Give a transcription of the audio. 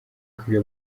kwiga